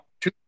Two